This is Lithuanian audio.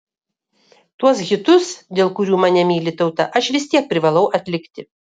tuos hitus dėl kurių mane myli tauta aš vis tiek privalau atlikti